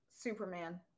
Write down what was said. superman